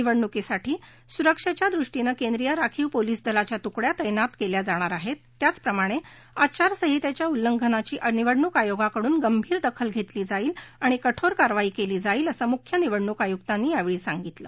निवडणुकीसाठी सुरक्षखा दृष्टीनं केंद्रीय राखीव पोलीस दलाच्या तुकड्या त्यात कव्या जाणार आहव त्याचप्रमाणख्रिचारसंहितव्या उल्लंघनाची निवडणूक आयोगाकडून गंभीर दखल घक्षी जाईलआणि कठोर कारवाई कली जाईल असं मुख्य निवडणूक आयुकांनी यावछी सांगितलं